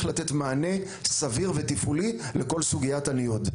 לתת מענה סביר ותפעולי לכל סוגיית הניוד.